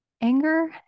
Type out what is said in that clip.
Anger